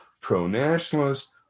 pro-nationalist